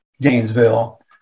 Gainesville